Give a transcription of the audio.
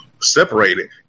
separated